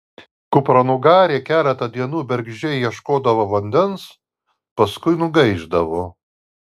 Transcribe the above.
kupranugarė keletą dienų bergždžiai ieškodavo vandens paskui nugaišdavo